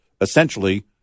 essentially